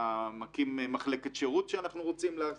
אתה מקים מחלקת שירות שאנחנו רוצים לעשות.